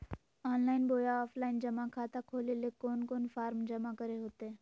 Online बोया offline जमा खाता खोले ले कोन कोन फॉर्म जमा करे होते?